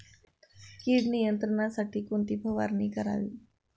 कीड नियंत्रणासाठी कोणती फवारणी करावी?